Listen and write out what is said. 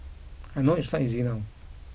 I know it's not easy now